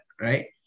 right